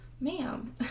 ma'am